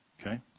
Okay